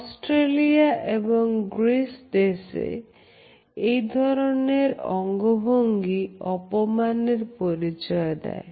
Australia এবং Greece দেশে এই ধরনের অঙ্গভঙ্গি অপমানের পরিচয় দেয়